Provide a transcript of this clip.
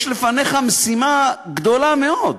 יש לפניך משימה גדולה מאוד,